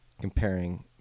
comparing